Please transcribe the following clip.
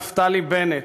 נפתלי בנט,